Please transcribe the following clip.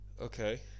Okay